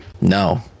no